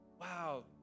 Wow